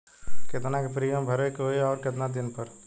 केतना के प्रीमियम भरे के होई और आऊर केतना दिन पर?